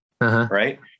right